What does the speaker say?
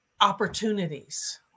opportunities